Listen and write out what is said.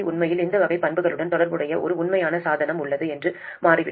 உண்மையில் இந்த வகை பண்புகளுடன் தொடர்புடைய ஒரு உண்மையான சாதனம் உள்ளது என்று மாறிவிடும்